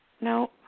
No